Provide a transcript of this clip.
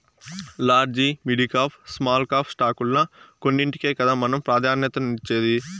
large, midcap, small cap స్టాకుల్ల కొన్నింటికే కదా మనం ప్రాధాన్యతనిచ్చేది